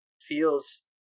feels